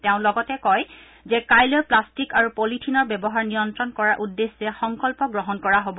তেওঁ লগতে কয় যে কাইলৈ প্লাট্টিক আৰু পলিথিনৰ ব্যৱহাৰ নিয়ন্ত্ৰণ কৰাৰ উদ্দেশ্যে সংকল্প গ্ৰহণ কৰা হব